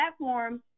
platforms